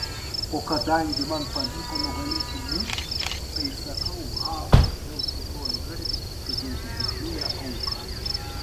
o kadangi man pavyko nugalėti mirtį tai įsakau hado dzeuso brolio garbei sudėti didžiulę auką